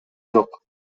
жок